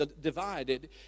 divided